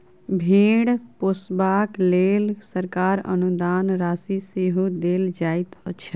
भेंड़ पोसबाक लेल सरकार अनुदान राशि सेहो देल जाइत छै